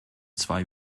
zwei